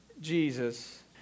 Jesus